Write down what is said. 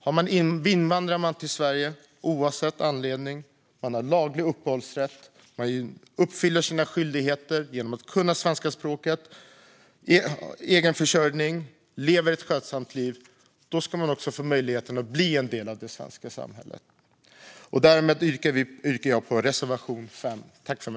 Om man invandrar till Sverige, oavsett anledning, och har laglig uppehållsrätt och uppfyller sina skyldigheter genom att kunna svenska språket, och om man har egenförsörjning och lever ett skötsamt liv, då ska man få möjligheten att bli en del av det svenska samhället. Därmed yrkar jag bifall till reservation 5.